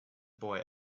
boy